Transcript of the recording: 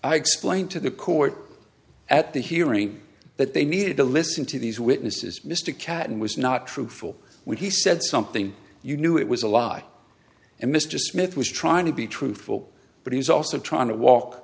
i explained to the court at the hearing that they needed to listen to these witnesses mr caton was not truthful when he said something you knew it was a lie and mr smith was trying to be truthful but he was also trying to walk